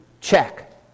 Check